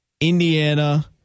Indiana